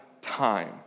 time